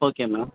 okay ma'am